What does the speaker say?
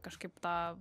kažkaip ta